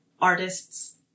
artists